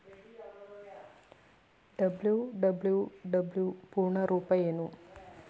WWW ಪೂರ್ಣ ರೂಪ ಏನು?